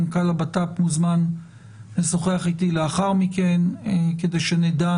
מנכ"ל הבט"פ מוזמן לשוחח איתי לאחר מכן כדי שנדע